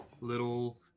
little